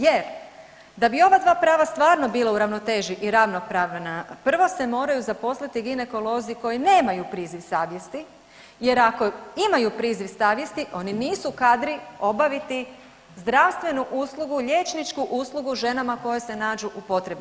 Jer da bi ova dva prava stvarno bila u ravnoteži i ravnopravna prvo se moraju zaposliti ginekolozi koji nemaju priziv savjesti jer ako imaju priziv savjesti oni nisu kadri obaviti zdravstvenu uslugu, liječničku uslugu ženama koje se nađu u potrebi.